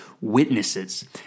witnesses